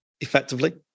effectively